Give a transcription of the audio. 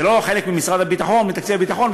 זה לא חלק מתקציב הביטחון,